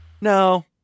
No